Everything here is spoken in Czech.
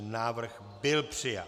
Návrh byl přijat.